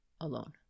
alone